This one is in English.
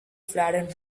flattened